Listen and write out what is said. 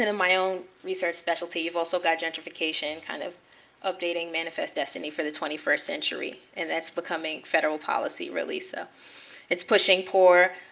and my own research specialty, you've also got gentrification and kind of updating manifest destiny for the twenty first century. and that's becoming federal policy, really. so it's pushing poor,